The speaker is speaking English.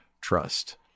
trust